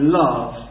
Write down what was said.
love